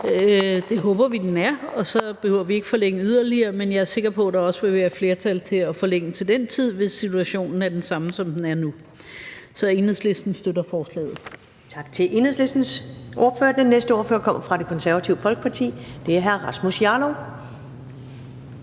det håber vi at den er – og så behøver vi ikke at forlænge yderligere. Men jeg er sikker på, at der også vil være flertal for at forlænge til den tid, hvis situationen er den samme, som den er nu. Så Enhedslisten støtter forslaget.